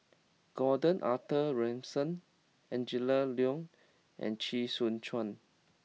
Gordon Arthur Ransome Angela Liong and Chee Soon Juan